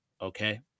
okay